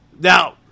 Now